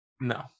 No